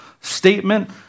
statement